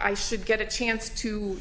i should get a chance to